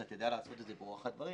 אתה תדע לעשות את ברוח הדברים.